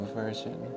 version